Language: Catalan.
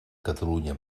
catalunya